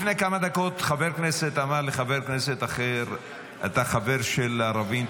לפני כמה דקות חבר כנסת אמר לחבר כנסת אחר: אתה חבר של ערבים,